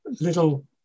little